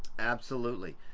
absolutely.